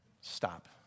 stop